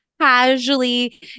casually